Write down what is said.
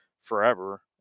forever